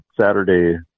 Saturday